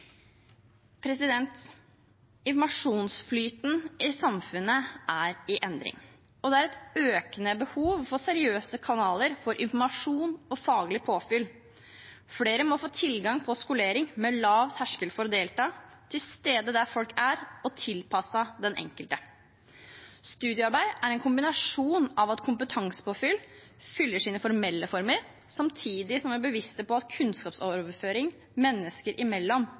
Informasjonsflyten i samfunnet er i endring, og det er et økende behov for seriøse kanaler for informasjon og faglig påfyll. Flere må få tilgang på skolering med lav terskel for å delta, som er til stede der folk er, og tilpasset den enkelte. Studiearbeid er en kombinasjon av at kompetansepåfyll fyller sine formelle former samtidig som vi er bevisste på at kunnskapsoverføring mennesker imellom